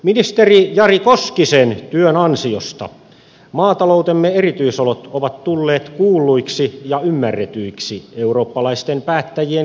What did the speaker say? ministeri jari koskisen työn ansiosta maataloutemme erityisolot ovat tulleet kuulluiksi ja ymmärretyiksi eurooppalaisten päättäjien keskuudessa